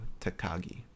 Takagi